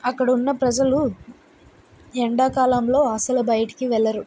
అక్కడున్న ప్రజలు ఎండాకాలంలో అసలు బయటికి వెళ్లరు